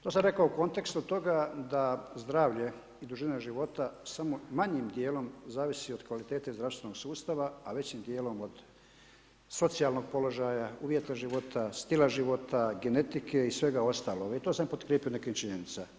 To sam rekao u kontekstu toga da zdravlje i dužina života samo manjim dijelom zavisi od kvalitete zdravstvenog sustava, a većim dijelom od socijalnog položaja, uvjeta života, stila života, genetike i svega ostalog i to sam potkrijepio nekim činjenicama.